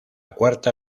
cuarta